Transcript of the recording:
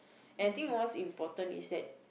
I think most important is that